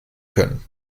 können